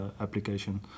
application